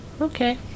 Okay